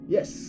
Yes